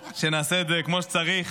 שנעשה את זה כמו שצריך.